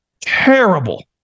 terrible